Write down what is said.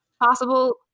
possible